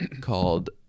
called